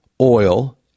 oil